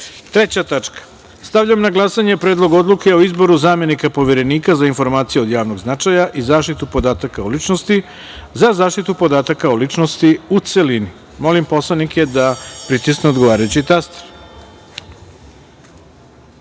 reda. Stavljam na glasanje Predlog odluke o izboru zamenika Poverenika za informacije od javnog značaja i zaštitu podataka o ličnosti- za zaštitu podataka o ličnosti, u celini. Molim poslanike da pritisnu odgovarajući